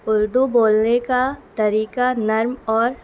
اردو بولنے کا طریقہ نرم اور